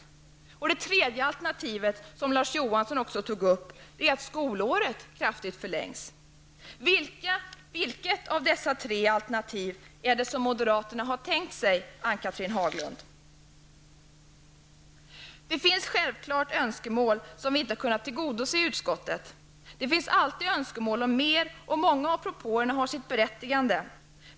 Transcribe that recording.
Det tredje alternativet, som Larz Johansson också tog upp, är att skolåret kraftigt förlängs. Vilket av dessa tre alternativ är det som moderaterna har tänkt sig, Ann-Cathrine Det finns självklart önskemål som inte har kunnat tillgodoses av utskottet. Det finns alltid önskemål om mer, och många av propåerna har sitt berättigande.